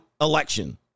election